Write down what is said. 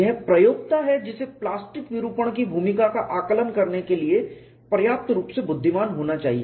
यह प्रयोक्ता है जिसे प्लास्टिक विरूपण की भूमिका का आकलन करने के लिए पर्याप्त रूप से बुद्धिमान होना चाहिए